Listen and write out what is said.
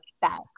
back